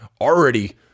already